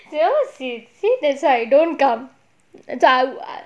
you see see that's why don't come so err